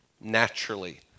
naturally